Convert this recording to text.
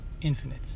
infinite